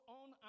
on